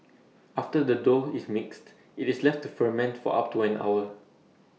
after the dough is mixed IT is left to ferment for up to an hour